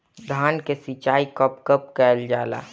धान के सिचाई कब कब कएल जाला?